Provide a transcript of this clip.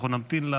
אנחנו נמתין לה